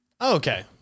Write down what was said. okay